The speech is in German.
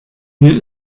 mir